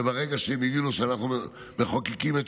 וברגע שהן הבינו שאנחנו מחוקקים את